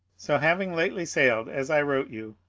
so having lately sailed, as i wrote you,